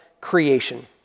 creation